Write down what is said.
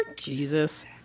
Jesus